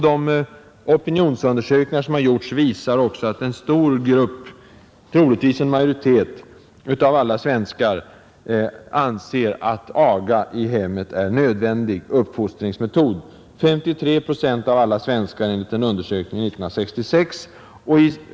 De opinionsundersökningar som gjorts visar också att en stor grupp, troligtvis en majoritet, av alla svenskar anser att aga i hemmet är en nödvändig uppfostringsmetod — 53 procent av alla svenskar enligt en SIFO-undersökning av 1966.